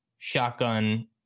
shotgun